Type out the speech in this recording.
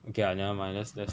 okay lah never mind let's let's